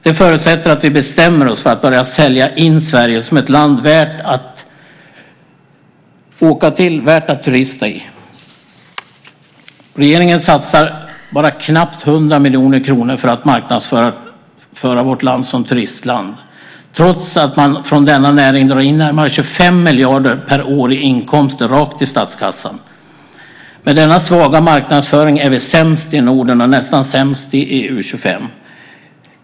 Det förutsätter att vi bestämmer oss för att börja sälja in Sverige som ett land värt att turista i. Regeringen satsar knappt 100 miljoner kronor för att marknadsföra vårt land som turistland, trots att denna näring drar in närmare 25 miljarder per år i inkomster till statskassan. Med denna svaga marknadsföring är vi sämst i Norden och nästan sämst bland EU-25.